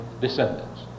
descendants